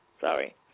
Sorry